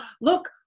look